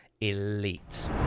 elite